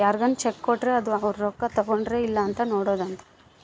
ಯಾರ್ಗನ ಚೆಕ್ ಕೊಟ್ರ ಅದು ಅವ್ರ ರೊಕ್ಕ ತಗೊಂಡರ್ ಇಲ್ಲ ಅಂತ ನೋಡೋದ ಅಂತ